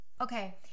Okay